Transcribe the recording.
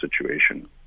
situation